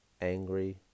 angry